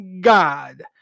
God